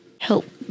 help